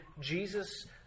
Jesus